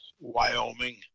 wyoming